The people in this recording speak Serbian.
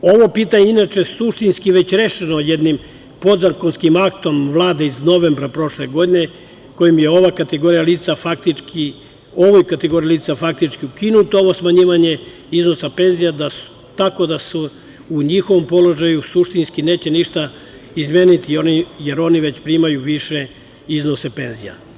Ovo pitanje inače je suštinski već rešeno jednim podzakonskim aktom Vlade iz novembra prošle godine, kojim je ovoj kategorija lica faktički ukinuto ovo smanjivanje iznosa penzija, tako da se u njihovom položaju suštinski neće ništa izmeniti, jer oni već primaju više iznose penzija.